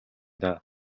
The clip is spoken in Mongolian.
даа